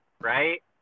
right